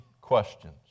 questions